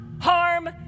harm